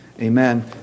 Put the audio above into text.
amen